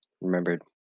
remembered